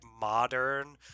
modern